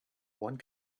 one